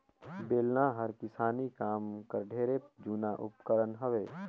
बेलना हर किसानी काम कर ढेरे जूना उपकरन हवे